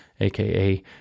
aka